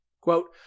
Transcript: Quote